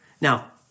Now